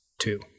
Two